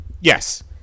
Yes